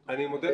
אני מודה לך.